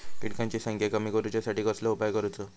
किटकांची संख्या कमी करुच्यासाठी कसलो उपाय करूचो?